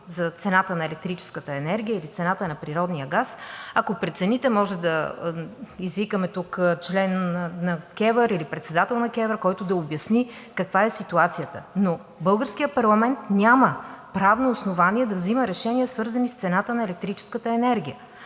за цената на електрическата енергия или цената на природния газ. Ако прецените, може да извикаме тук член на КЕВР или председател на КЕВР, който да обясни каква е ситуацията, но българският парламент няма правно основание да взема решения, свързани с цената на електрическата енергия.